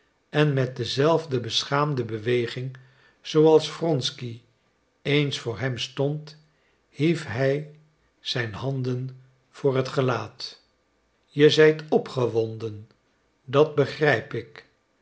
en met dezelfde beschaamde beweging zooals wronsky eens voor hem stond hief hij zijn handen voor het gelaat je zijt opgewonden dat begrijp ik